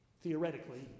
Theoretically